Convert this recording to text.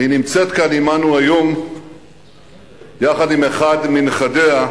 והיא נמצאת כאן עמנו היום יחד עם אחד מנכדיה,